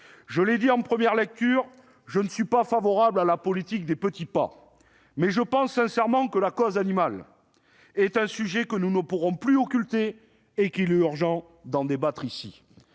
je l'ai dit en première lecture, je ne suis pas favorable à la politique des petits pas ; pour autant, je pense sincèrement que la cause animale est un sujet que nous ne pourrons plus occulter et qu'il est urgent d'en débattre ici,